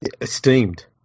Esteemed